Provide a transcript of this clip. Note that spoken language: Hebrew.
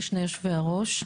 לשני יושבי הראש,